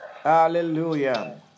Hallelujah